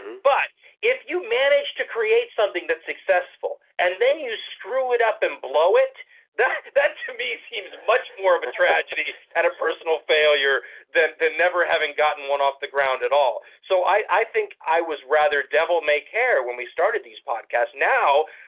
but if you manage to create something that's successful and then you screw it up and blow it that, to me, seems much more of a tragedy and a personal failure than than never having gotten one off the ground at all. so i think i was rather devil make hair when we started these podcasts. now,